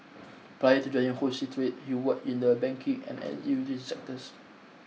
prior to joining wholesale trade he worked in the banking and energy utilities sectors